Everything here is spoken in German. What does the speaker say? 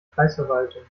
kreisverwaltung